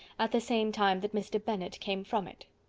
at the same time that mr. bennet came from it.